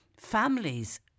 families